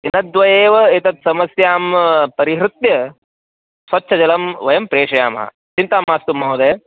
दिनद्वयैव एतत् समस्यां परिहृत्य स्वच्छजलं वयं प्रेषयामः चिन्ता मास्तु महोदय